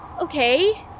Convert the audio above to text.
Okay